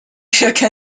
chaque